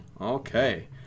Okay